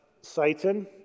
Satan